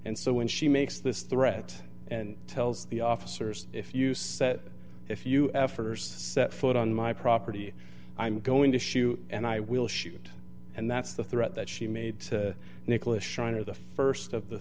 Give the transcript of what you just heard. and so when she makes this threat and tells the officers if you said if you effort or set foot on my property i'm going to shoot and i will shoot and that's the threat that she made to nicholas shiner the st of the